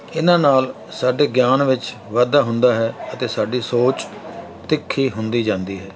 ਇਨ੍ਹਾਂ ਨਾਲ ਸਾਡੇ ਗਿਆਨ ਵਿੱਚ ਵਾਧਾ ਹੁੰਦਾ ਹੈ ਅਤੇ ਸਾਡੀ ਸੋਚ ਤਿੱਖੀ ਹੁੰਦੀ ਜਾਂਦੀ ਹੈ